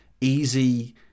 easy